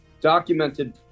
documented